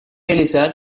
melissa